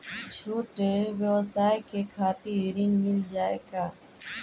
छोट ब्योसाय के खातिर ऋण मिल जाए का?